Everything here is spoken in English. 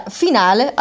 finale